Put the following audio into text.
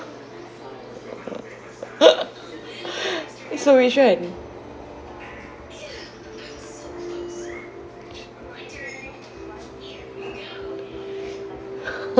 so which [one]